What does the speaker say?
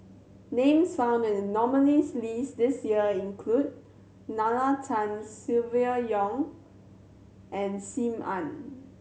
names found in the nominees' list this year include Nalla Tan Silvia Yong and Sim Ann